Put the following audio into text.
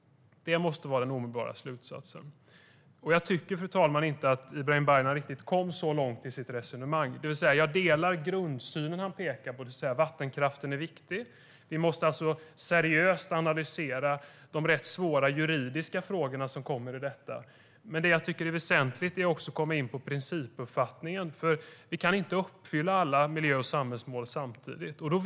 Det måste vara den omedelbara slutsatsen. Fru talman! Jag tycker inte att Ibrahim Baylan kom så långt i sitt resonemang. Jag delar grundsynen han pekar på. Vattenkraften är viktig. Vi måste seriöst analysera de rätt svåra juridiska frågor som kommer ur detta. Det jag tycker är väsentligt är att komma in på principuppfattningen. Vi kan inte uppfylla alla miljö och samhällsmål samtidigt. Fru talman!